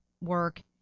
work